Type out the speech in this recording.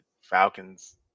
Falcons